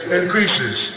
increases